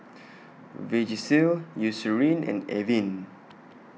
Vagisil Eucerin and Avene